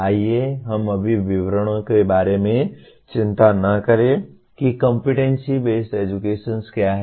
आइए हम अभी विवरणों के बारे में चिंता न करें कि कॉम्पिटेंसी बेस्ड एजुकेशन क्या है